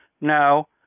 No